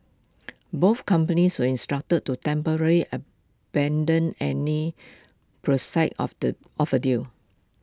both companies were instructed to temporarily abandon any of the of A deal